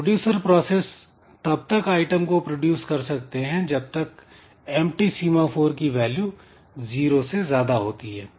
producer process तब तक item को प्रोड्यूस कर सकते हैं जब तक Empty सीमा फोर की वैल्यू जीरो से ज्यादा होती है